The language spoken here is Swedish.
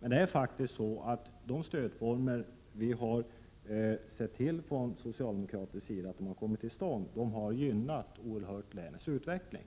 Men de stödformer vi från socialdemokratisk sida har fått till stånd har gynnat länets utveckling